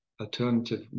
alternative